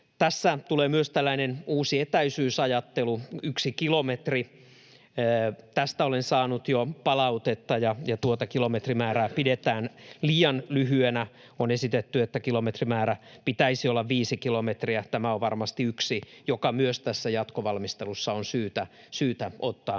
Tässä tulee myös tällainen uusi etäisyysajattelu, yksi kilometri. Tästä olen saanut jo palautetta, ja tuota kilometrimäärää pidetään liian lyhyenä. On esitetty, että kilometrimäärän pitäisi olla viisi kilometriä. Tämä on varmasti yksi, joka myös tässä jatkovalmistelussa on syytä ottaa